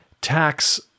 tax